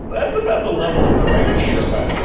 so that's about the level of the writer here by